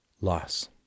loss